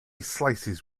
slices